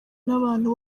n’abantu